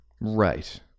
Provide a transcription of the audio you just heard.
Right